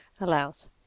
allows